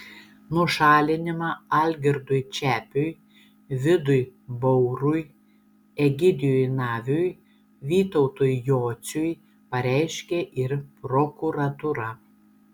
nušalinimą algirdui čepiui vidui baurui egidijui naviui vytautui jociui pareiškė ir prokuratūra